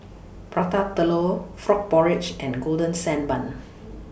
Prata Telur Frog Porridge and Golden Sand Bun